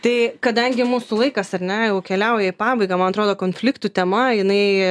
tai kadangi mūsų laikas ar ne jau keliauja į pabaigą man atrodo konfliktų tema jinai